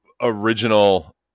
original